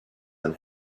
and